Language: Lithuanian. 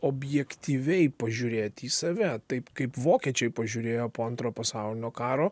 objektyviai pažiūrėti į save taip kaip vokiečiai pažiūrėjo po antro pasaulinio karo